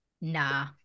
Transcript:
nah